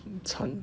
惨